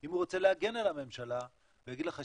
אם הוא רוצה להגן על הממשלה הוא יגיד שיש